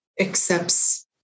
accepts